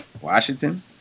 Washington